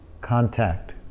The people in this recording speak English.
contact